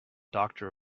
doctor